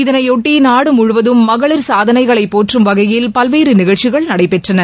இதனைபொட்டி நாடுமுழுவதும் மகளிர் சாதனைகளை போற்றும் வகையில் பல்வேறு நிகழ்ச்சிகள் நடைபெற்றன